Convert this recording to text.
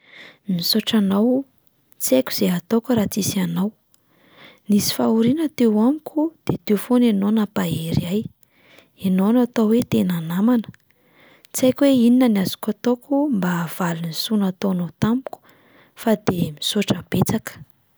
“Misaotra anao. Tsy haiko izay hataoko raha tsisy anao, nisy fahoriana teo amiko de teo foana ianao nampahery ahy, ianao no atao hoe tena namana. Tsy haiko hoe inona no azoko ataoko mba hahavaly ny soa nataonao tamiko, fa de misaotra betsaka!"